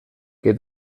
que